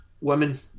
women